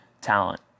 talent